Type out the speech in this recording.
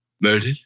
Murdered